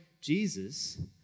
Jesus